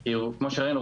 כי כמו שראינו,